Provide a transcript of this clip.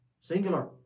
singular